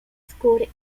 scout